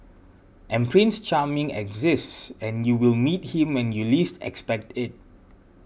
and Prince Charming exists and you will meet him when you least expect it